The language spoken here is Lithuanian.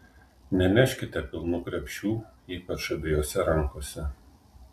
neneškite pilnų krepšių ypač abiejose rankose